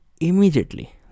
immediately